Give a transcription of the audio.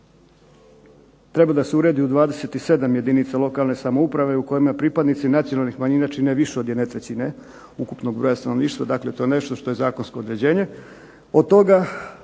treba da se uredi u 27 jedinica lokalne samouprave u kojima pripadnici nacionalnih manjina čine više od jedne trećine ukupnog broja stanovništva. Dakle, to je nešto što je zakonsko određenje. Od toga